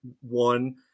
One